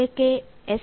એટલે કે એસ